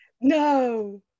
No